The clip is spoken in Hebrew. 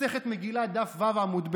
מסכת מגילה, דף ו', עמוד ב':